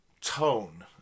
tone